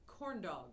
corndogs